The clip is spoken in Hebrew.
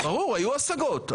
ברור, היו השגות.